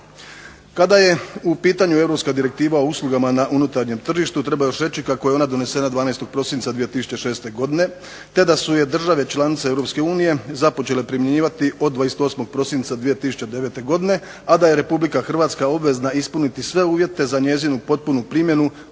Kada je u pitanju europska direktiva o uslugama na unutarnjem tržištu treba još reći kako je ona donesena 12. prosinca 2006. godine te da su je države članice EU započele primjenjivati od 28. prosinca 2009. godine, a da je RH obvezna ispuniti sve uvjete za njezinu potpunu primjenu